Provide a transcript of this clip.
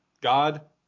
God